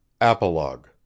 Apologue